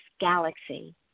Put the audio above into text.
galaxy